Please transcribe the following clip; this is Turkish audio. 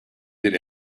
bir